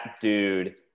dude